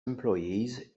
employees